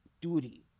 duty